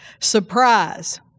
surprise